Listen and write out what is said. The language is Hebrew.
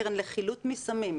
הקרן לחילוט מסמים.